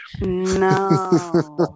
No